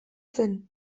zen